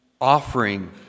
offering